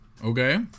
Okay